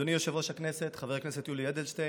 אדוני יושב-ראש הכנסת חבר הכנסת יולי אדלשטיין,